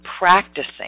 practicing